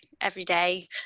everyday